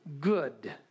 good